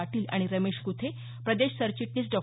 पाटील आणि रमेश कुथे प्रदेश सरचिटणीस डॉ